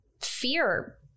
fear